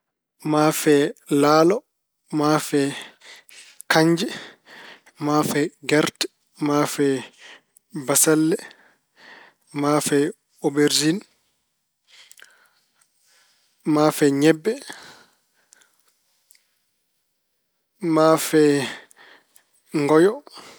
Maafe laalo, maafe kanje, maafe gerte, maafe bassalle, maafe oberjin, maafe ñebbe, maafe ngoyo.